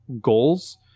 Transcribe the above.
goals